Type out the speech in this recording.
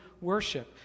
worship